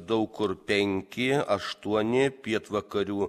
daug kur penki aštuoni pietvakarių